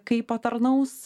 kai patarnaus